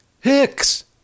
hicks